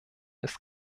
ist